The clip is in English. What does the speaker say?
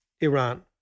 Iran